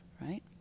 right